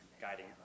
guiding